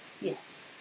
Yes